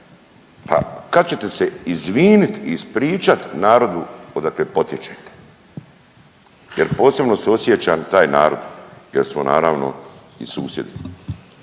Pa kad ćete se izvinit i ispričat narodu odakle potječete jer posebno suosjećam taj narod jer smo naravno i susjedi.